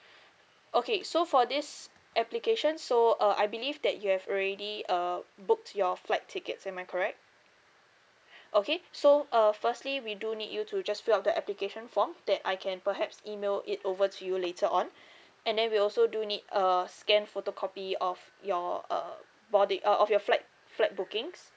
okay so for this application so uh I believe that you have already uh booked your flight tickets am I correct okay so uh firstly we do need you to just fill up the application form that I can perhaps email it over to you later on and then we also do need uh scanned photocopy of your uh boarding uh of your flight flight bookings